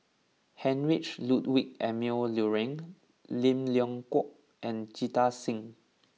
Heinrich Ludwig Emil Luering Lim Leong Geok and Jita Singh